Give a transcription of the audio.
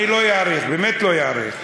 אני לא אאריך, באמת לא אאריך.